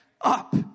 up